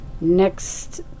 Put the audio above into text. next